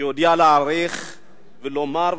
יודע להעריך ולומר,